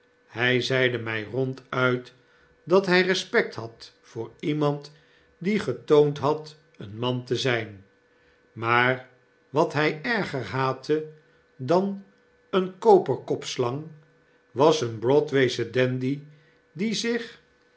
hy zeide my ronduit dat hy respect had voor iemand die getoond had een man te zip maar wat hij erger haatte dan een koperkopslang was een broadwaysche dandy die zich